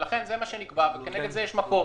ולכן זה מה שנקבע וכנגד זה יש מקור,